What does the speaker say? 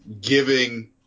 giving